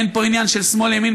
אין פה עניין של שמאל ימין,